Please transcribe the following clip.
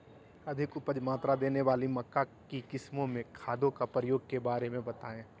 अधिक उपज मात्रा देने वाली मक्का की किस्मों में खादों के प्रयोग के बारे में बताएं?